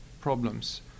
Problems